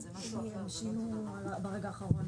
אנחנו מקדמים את הנושא הזה.